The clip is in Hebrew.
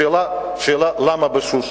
השאלה: למה ב"שושו"?